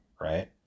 right